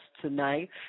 tonight